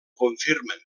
confirmen